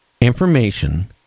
information